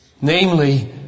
Namely